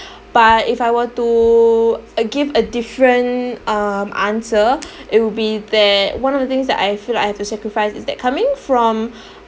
but if I were to give a different um answer it will be that one of the things that I feel like I have to sacrifice is that coming from